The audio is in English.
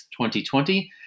2020